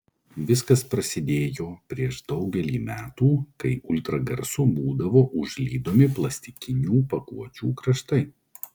viskas prasidėjo prieš daugelį metų kai ultragarsu būdavo užlydomi plastikinių pakuočių kraštai